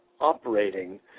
operating